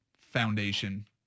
foundation